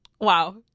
wow